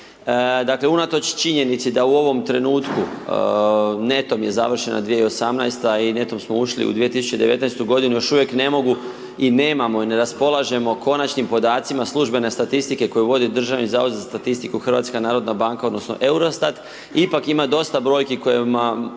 Dakle, unatoč činjenici da u ovom trenutku netom je završena 2018.-ta i netom smo ušli u 2019.-tu godinu, još uvijek ne mogu i nemamo i ne raspolažemo konačnim podacima službene statistike koju vodi Državni zavod za statistiku, HNB odnosno Eurostat, ipak ima dosta brojki koje mogu